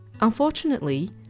Unfortunately